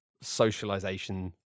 socialization